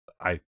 I-